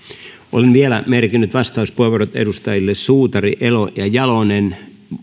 olen vielä merkinnyt vastauspuheenvuorot edustajille suutari elo ja jalonen